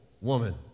woman